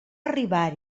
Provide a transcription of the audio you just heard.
arribar